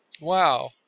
Wow